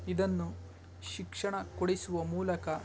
ಇದನ್ನು ಶಿಕ್ಷಣ ಕೊಡಿಸುವ ಮೂಲಕ